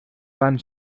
van